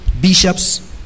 bishops